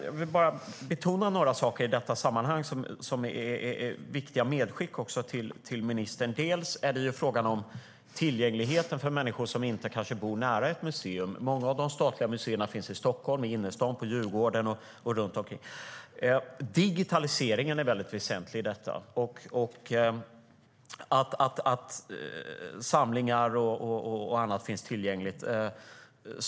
Jag vill bara betona några saker i detta sammanhang som är viktiga medskick till ministern. Det handlar om frågan om tillgängligheten för människor som kanske inte bor nära ett museum. Många av de statliga museerna finns i Stockholm, i innerstaden, på Djurgården och så vidare. Digitaliseringen är väsentlig när det gäller detta. Det handlar om att samlingar och annat finns tillgängliga.